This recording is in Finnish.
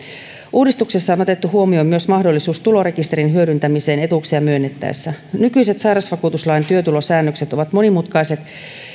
uudistuksessa on otettu huomioon myös mahdollisuus tulorekisterin hyödyntämiseen etuuksia myönnettäessä nykyiset sairausvakuutuslain työtulosäännökset ovat monimutkaiset